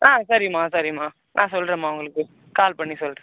ஆ சரிமா சரிமா ஆ சொல்கிறேன்மா உங்களுக்கு கால் பண்ணி சொல்கிறேன்